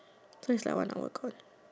so it's like one hour call